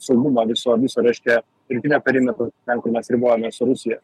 saugumą viso viso reiškia rytinio perimetro ten kur mes ribojamės su rusija